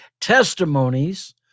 testimonies